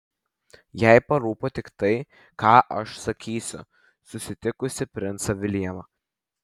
jai parūpo tik tai ką aš sakysiu susitikusi princą viljamą